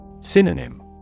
Synonym